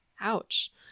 ouch